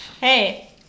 hey